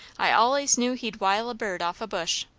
i allays knew he'd wile a bird off a bush!